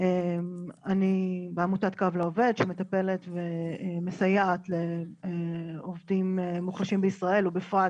שמטפלת ומסייעת לעובדים מוחלשים בישראל ובפרט